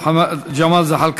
היא?